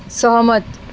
सहमत